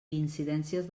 incidències